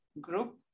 group